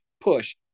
push